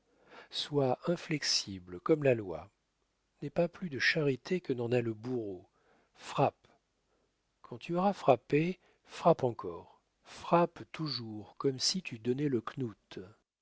sois inflexible comme la loi n'aie pas plus de charité que n'en a le bourreau frappe quand tu auras frappé frappe encore frappe toujours comme si tu donnais le